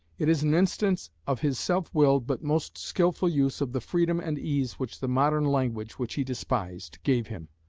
it is an instance of his self-willed but most skilful use of the freedom and ease which the modern language, which he despised, gave him.